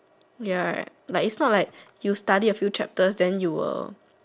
ya like is not like you study a few chapter then you will